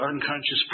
unconscious